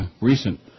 recent